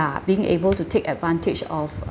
being able to take advantage of